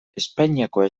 espainiako